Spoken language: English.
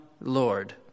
Lord